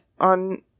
on